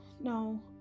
no